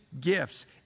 gifts